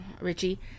Richie